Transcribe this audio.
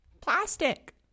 Plastic